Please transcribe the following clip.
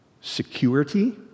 security